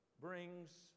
Brings